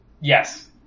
yes